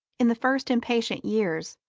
in the first impatient years,